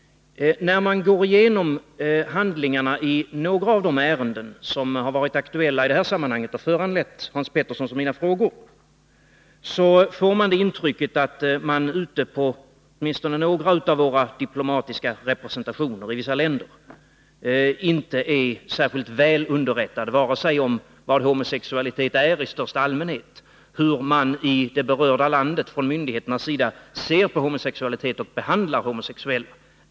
När man går igenom handlingarna i några av de ärenden som har varit aktuella i detta sammanhang och som har föranlett Hans Peterssons och mina frågor, får man det intrycket att personalen ute på åtminstone några av våra diplomatiska representationer inte är särskilt väl underrättad vare sig om vad homosexualitet är i största allmänhet eller om hur myndigheterna i det berörda landet ser på homosexualitet och behandlar homosexuella.